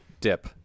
dip